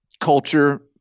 culture